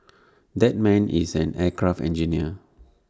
that man is an aircraft engineer